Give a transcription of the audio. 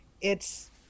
it's-